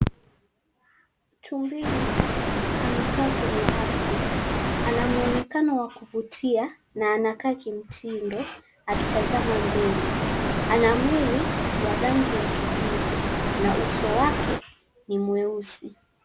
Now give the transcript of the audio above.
Tumbili amekaa kwenye ardhi ana muonekano wa kuvutia na anakaa kimtindo akitazama mbele. Ana mwili wa rangi ya kijivu na uso wake ni mweusi.